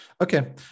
Okay